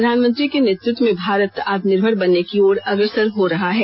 प्रधानमंत्री के नेतृत्व में भारत आत्मनिर्भर बनने की ओर अग्रसर हो रहा है